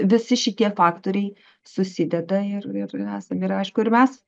visi šitie faktoriai susideda ir ir esam ir aišku ir mes